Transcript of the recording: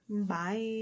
Bye